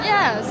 Yes